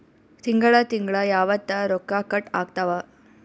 ತಿಂಗಳ ತಿಂಗ್ಳ ಯಾವತ್ತ ರೊಕ್ಕ ಕಟ್ ಆಗ್ತಾವ?